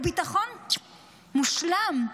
הביטחון מושלם.